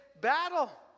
battle